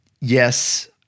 Yes